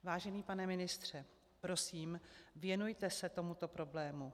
Vážený pane ministře, prosím, věnujte se tomuto problému.